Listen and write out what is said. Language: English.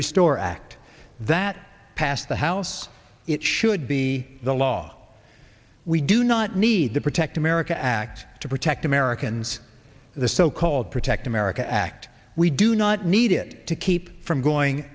restore act that passed the house it should be the law we do not need the protect america act to protect americans the so called protect america act we do not need it to keep from going